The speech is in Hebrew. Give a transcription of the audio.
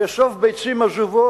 "כאסוף ביצים עזובות,